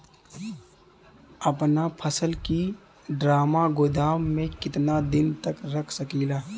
अपना फसल की ड्रामा गोदाम में कितना दिन तक रख सकीला?